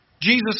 Jesus